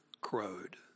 crowed